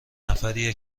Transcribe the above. نفریه